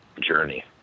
journey